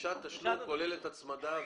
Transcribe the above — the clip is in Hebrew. דרישת תשלום, כוללת הצמדה.